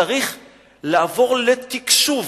צריך לעבור לתקשוב.